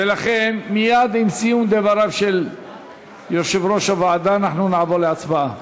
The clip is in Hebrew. ולכן מייד עם סיום דבריו של יושב-ראש הוועדה אנחנו נעבור להצבעה.